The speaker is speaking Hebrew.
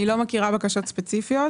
אני לא מכירה בקשות ספציפיות.